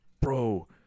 bro